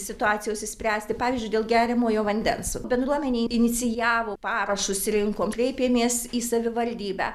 situacijos išspręsti pavyzdžiui dėl geriamojo vandens bendruomenėj inicijavo parašus rinkom kreipėmės į savivaldybę